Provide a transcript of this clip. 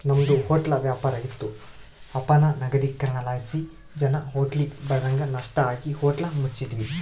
ನಮ್ದು ಹೊಟ್ಲ ವ್ಯಾಪಾರ ಇತ್ತು ಅಪನಗದೀಕರಣಲಾಸಿ ಜನ ಹೋಟ್ಲಿಗ್ ಬರದಂಗ ನಷ್ಟ ಆಗಿ ಹೋಟ್ಲ ಮುಚ್ಚಿದ್ವಿ